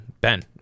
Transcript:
Ben